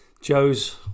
Joe's